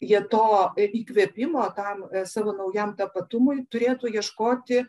jie to įkvėpimo tam savo naujam tapatumui turėtų ieškoti